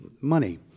money